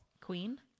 Queen